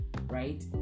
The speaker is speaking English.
right